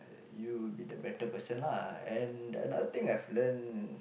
you will be the better person lah and another thing I've learnt